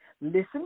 Listen